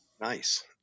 nice